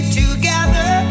together